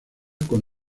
con